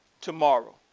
tomorrow